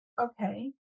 okay